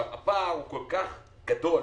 הפער הוא כל כך גדול